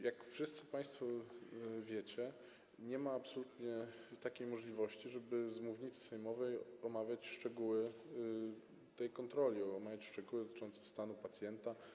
Jak wszyscy państwo wiecie, absolutnie nie ma możliwości, żeby z mównicy sejmowej omawiać szczegóły tej kontroli i omawiać szczegóły dotyczące stanu pacjenta.